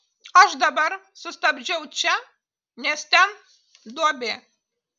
aš dabar sustabdžiau čia nes ten duobė